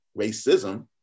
racism